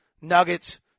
Nuggets